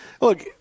look